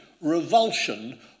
revulsion